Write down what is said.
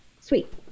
Sweet